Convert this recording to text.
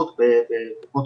בבקשה.